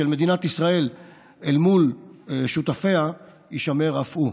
של מדינת ישראל אל מול שותפיה תישמר אף היא.